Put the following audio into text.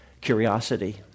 curiosity